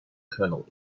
kernel